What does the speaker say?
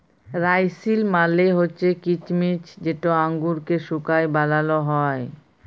রাইসিল মালে হছে কিছমিছ যেট আঙুরকে শুঁকায় বালাল হ্যয়